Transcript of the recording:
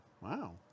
wow